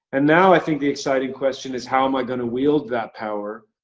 and now i think the exciting question is how am i gonna wield that power,